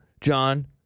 John